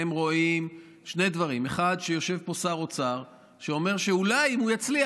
והם רואים שני דברים: שיושב פה שר אוצר שאומר שאולי אם הוא יצליח,